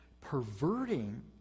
perverting